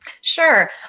Sure